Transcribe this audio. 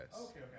okay